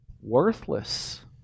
worthless